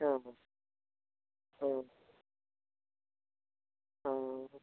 অঁ অঁ অঁ